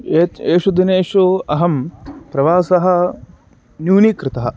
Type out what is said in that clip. यत् एषु दिनेषु अहं प्रवासं न्यूनीकृतवान्